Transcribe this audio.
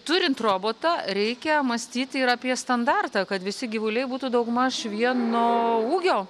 turint robotą reikia mąstyt ir apie standartą kad visi gyvuliai būtų daugmaž vieno ūgio